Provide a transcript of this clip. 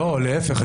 לא, להפך.